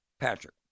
Patrick